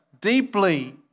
deeply